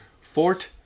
fort